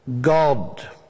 God